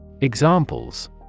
Examples